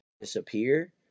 disappear